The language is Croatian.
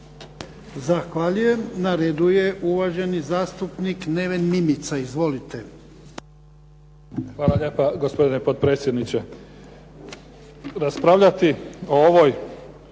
Zahvaljujem. Na redu je uvaženi zastupnik Neven Mimica. Izvolite. **Mimica, Neven (SDP)** Hvala lijepa, gospodine potpredsjedniče. Raspravljati o ovoj